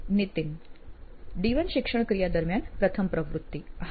Nitin D1 શિક્ષણક્રિયા દરમિયાન પ્રથમ પ્રવૃત્તિ હા